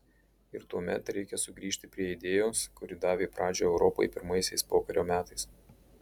ir tuomet reikia sugrįžti prie idėjos kuri davė pradžią europai pirmaisiais pokario metais